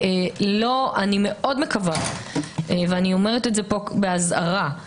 אני מאוד מקווה ואומרת זאת פה באזהרה,